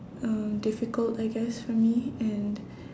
um difficult I guess for me and